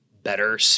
better